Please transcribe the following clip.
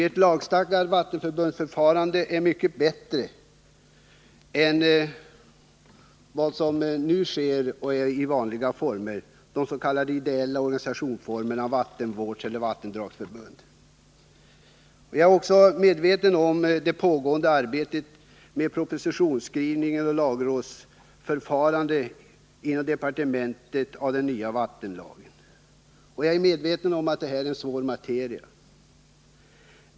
Ett lagstadgat vattenförbundsförfarande är mycket bättre än vad som nu sker i de s.k. ideella organisationsformerna — vattenvårdseller vattendragsförbunden. Jag vet att det inom departementet pågår arbete med en ny vattenlag, och jag är medveten om att det här rör sig om ett stort och svårbearbetat område.